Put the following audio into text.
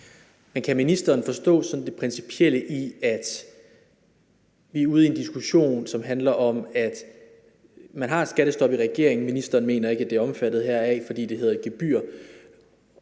Men kan ministeren forstå det principielle i, at vi er ude i en diskussion, som handler om, at regeringen har indført et skattestop, men ministeren mener ikke, at det er omfattet heraf, fordi det hedder et gebyr,